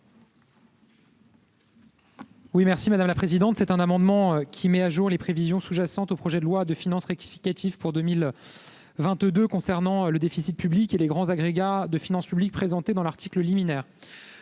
à M. le ministre délégué. Cet amendement vise à mettre à jour les prévisions sous-jacentes à ce projet de loi de finances rectificative pour 2022 concernant le déficit public et les grands agrégats de finances publiques présentés dans l'article liminaire.